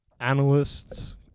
analysts